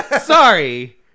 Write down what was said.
Sorry